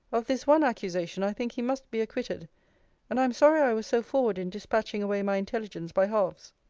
of this one accusation, i think he must be acquitted and i am sorry i was so forward in dispatching away my intelligence by halves.